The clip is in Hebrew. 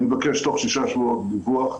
אני מבקש תוך שישה שבועות דיווח,